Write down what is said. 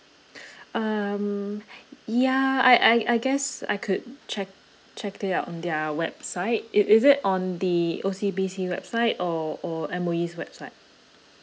um yeah I I I guess I could check check it out on their website is is it on the O_C_B_C website or or M_O_E website